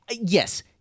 yes